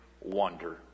wonder